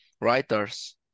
writers